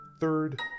Third